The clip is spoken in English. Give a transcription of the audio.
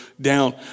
down